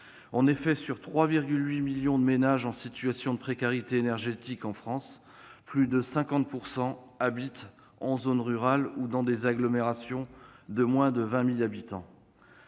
En effet, sur 3,8 millions de ménages en situation de précarité énergétique en France, plus de 50 % habitent en zone rurale ou dans une agglomération de moins de 20 000 habitants.